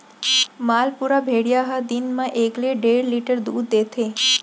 मालपुरा भेड़िया ह दिन म एकले डेढ़ लीटर दूद देथे